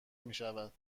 میشود